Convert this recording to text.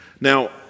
Now